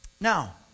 Now